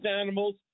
animals